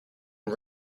and